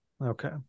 Okay